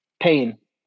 Pain